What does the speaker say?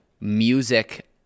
music